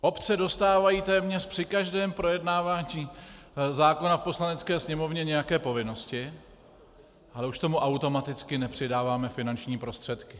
Obce dostávají téměř při každém projednávání zákona v Poslanecké sněmovně nějaké povinnosti, ale už k tomu automaticky nepřidáváme finanční prostředky.